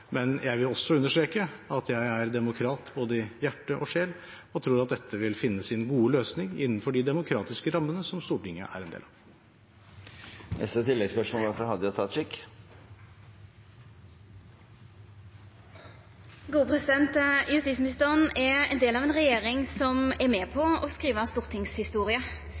Jeg vil også understreke at jeg er demokrat både i hjerte og sjel og tror at dette vil finne sin gode løsning innenfor de demokratiske rammene som Stortinget er en del av. Hadia Tajik – til oppfølgingsspørsmål. Justisministeren er ein del av ei regjering som er med på å skriva stortingshistorie,